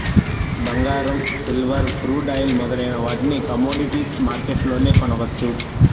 బంగారం, silver, crude oil మొదలైన వాటిని కమోడిటీస్ మార్కెట్లోనే కొనవచ్చు